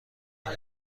دهم